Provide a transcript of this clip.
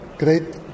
great